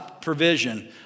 provision